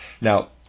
Now